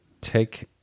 take